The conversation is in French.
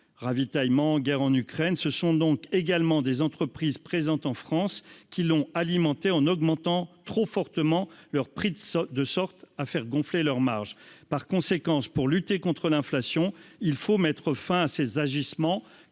ravitaillement guerre en Ukraine se sont donc également des entreprises présentes en France qui l'ont alimenté en augmentant trop fortement leurs prix de de sorte à faire gonfler leurs marges par conséquence pour lutter contre l'inflation, il faut mettre fin à ces agissements